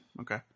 Okay